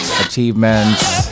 achievements